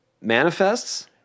manifests